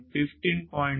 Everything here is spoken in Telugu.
15